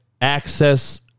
access